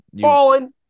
Falling